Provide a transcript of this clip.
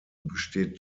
besteht